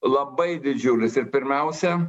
labai didžiulis ir pirmiausia